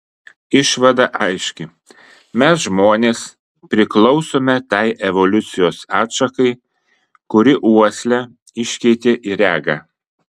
išvada aiški mes žmonės priklausome tai evoliucijos atšakai kuri uoslę iškeitė į regą